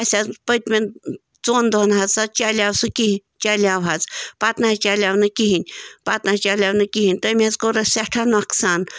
اَسہِ حظ پٔتِمن ژۄن دۄہن حظ سَہ چَلیو سُہ کِہیٖنۍ چَلیو حظ پَتہٕ نَہ حظ چَلیو نہٕ کِہیٖنۍ پتہٕ نَہ حظ چَلیو نہٕ کِہیٖنۍ تٔمۍ حظ کوٚر اَسہِ سٮ۪ٹھاہ نۄقصان